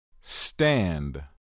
stand